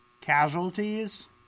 casualties